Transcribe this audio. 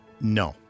No